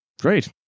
Great